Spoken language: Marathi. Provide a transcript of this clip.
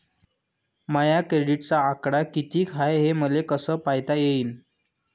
माया क्रेडिटचा आकडा कितीक हाय हे मले कस पायता येईन?